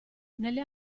nelle